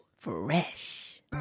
fresh